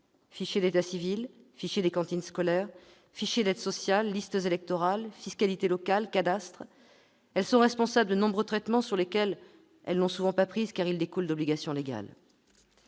fichier d'état civil, fichier des cantines scolaires, fichiers d'aide sociale, listes électorales, fiscalité locale, cadastre ... Elles sont responsables de nombreux traitements sur lesquels elles n'ont souvent pas prise, car découlant d'obligations légales.